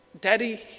Daddy